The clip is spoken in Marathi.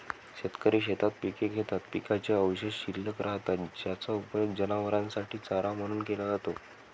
शेतकरी शेतात पिके घेतात, पिकाचे अवशेष शिल्लक राहतात, त्याचा उपयोग जनावरांसाठी चारा म्हणून केला जातो